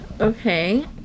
okay